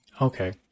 Okay